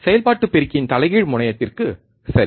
செயல்பாட்டு பெருக்கியின் தலைகீழ் முனையத்திற்கு சரி